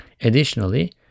Additionally